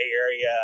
area